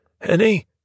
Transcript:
Henny